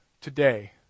today